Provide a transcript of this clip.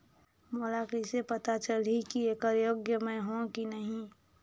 मोला कइसे पता चलही की येकर योग्य मैं हों की नहीं?